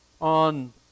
on